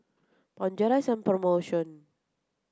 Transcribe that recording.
Bonjela is on promotion